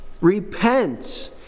Repent